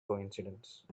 coincidence